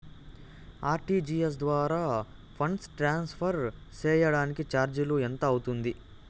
RTGS ద్వారా funds transfer సేయడానికి చార్జీలు ఎంత అవుతుంది